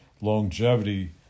longevity